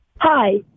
Hi